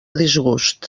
disgust